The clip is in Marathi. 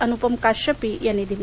अनुपम काश्यपी यांनी दिली